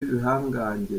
b’ibihangange